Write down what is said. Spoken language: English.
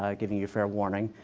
ah giving you a fair warning.